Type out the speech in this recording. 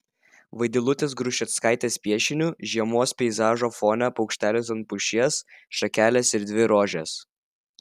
vaidilutės grušeckaitės piešiniu žiemos peizažo fone paukštelis ant pušies šakelės ir dvi rožės